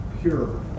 pure